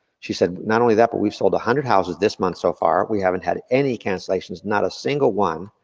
she said, not only that, but we've sold a hundred houses this month so far, we haven't had any cancellations, not a single one.